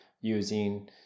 Using